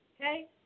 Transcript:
Okay